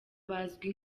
bazwi